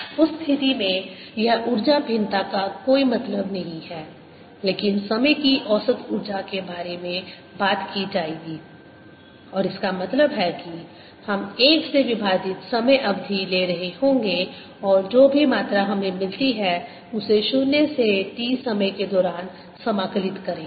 उस स्थिति में यह ऊर्जा भिन्नता का कोई मतलब नहीं है लेकिन समय की औसत ऊर्जा के बारे में बात की जाएगी और इसका मतलब है कि हम एक से विभाजित समय अवधि ले रहे होंगे और जो भी मात्रा हमें मिलती है उसे 0 से t समय के दौरान समाकलित करेंगे